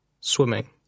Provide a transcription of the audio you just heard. Swimming